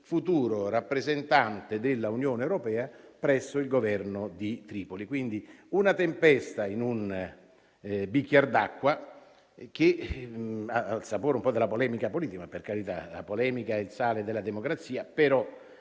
futuro rappresentante dell'Unione europea presso il Governo di Tripoli. Si è trattato di una tempesta in un bicchier d'acqua, che ha il sapore un po' della polemica politica. Per carità, la polemica è il sale della democrazia, ma